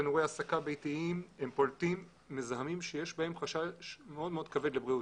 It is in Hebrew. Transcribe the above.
תנורי הסקה ביתיים פולטים מזהמים שיש בהם חשש כבד מאוד לבריאות.